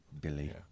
Billy